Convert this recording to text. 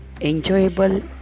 enjoyable